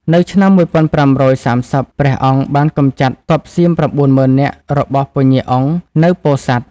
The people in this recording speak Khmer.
នៅឆ្នាំ ១៥៣០ ព្រះអង្គបានកម្ចាត់ទ័ពសៀម ៩ ម៉ឺននាក់របស់ពញ្ញាអុងនៅពោធិ៍សាត់។